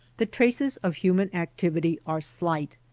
the traces of human activity are slight.